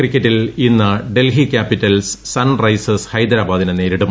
ക്രിക്കറ്റിൽ ഇന്ന് Delhi Capitals Sunrisers ഹൈദ്രാബാദിനെ നേരിടും